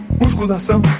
musculação